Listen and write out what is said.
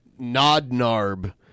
NodNarb